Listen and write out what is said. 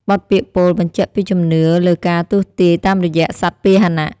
បទពាក្យពោលបញ្ជាក់ពីជំនឿលើការទស្សន៍ទាយតាមរយៈសត្វពាហនៈ។